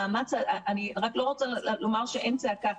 אני רק לא רוצה לומר שאין צעקה.